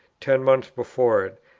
ten months before it,